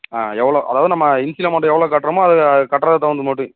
ஆ எவ்வளோ அதாவது நம்ம இனிஷியல் அமௌண்ட் எவ்வளோ கட்டுறோமோ அது அது கட்டுறதுக்கு தகுந்த மாதிரி